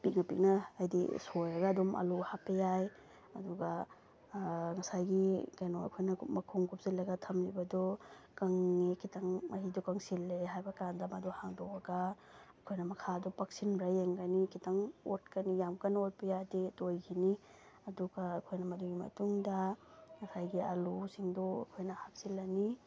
ꯄꯤꯛꯅ ꯄꯤꯛꯅ ꯍꯥꯏꯗꯤ ꯁꯣꯏꯔꯒ ꯑꯗꯨꯝ ꯑꯥꯂꯨ ꯍꯥꯞꯄ ꯌꯥꯏ ꯑꯗꯨꯒ ꯉꯁꯥꯏꯒꯤ ꯀꯩꯅꯣ ꯑꯩꯈꯣꯏꯅ ꯃꯈꯨꯝ ꯀꯨꯞꯁꯤꯜꯂꯒ ꯊꯝꯃꯤꯕꯗꯨ ꯈꯤꯇꯪ ꯃꯍꯤꯗꯣ ꯀꯪꯁꯤꯜꯂꯦ ꯍꯥꯏꯕꯀꯥꯟꯗ ꯃꯗꯣ ꯍꯥꯡꯗꯣꯛꯑꯒ ꯑꯩꯈꯣꯏꯅ ꯃꯈꯥ ꯑꯗꯣ ꯄꯛꯁꯤꯟꯕ꯭ꯔꯥ ꯌꯦꯡꯒꯅꯤ ꯈꯤꯇꯪ ꯑꯣꯠꯀꯅꯤ ꯌꯥꯝ ꯀꯟꯅ ꯑꯣꯠꯄ ꯌꯥꯗꯦ ꯇꯣꯏꯈꯤꯅꯤ ꯑꯗꯨꯒ ꯑꯩꯈꯣꯏꯅ ꯃꯗꯨꯒꯤ ꯃꯇꯨꯡꯗ ꯉꯁꯥꯏꯒꯤ ꯑꯥꯂꯨꯁꯤꯡꯗꯣ ꯑꯩꯈꯣꯏꯅ ꯍꯥꯞꯆꯤꯜꯂꯅꯤ